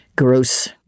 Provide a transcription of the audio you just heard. gross